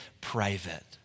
private